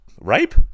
ripe